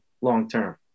long-term